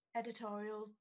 editorial